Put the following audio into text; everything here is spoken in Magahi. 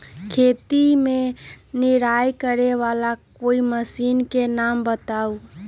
खेत मे निराई करे वाला कोई मशीन के नाम बताऊ?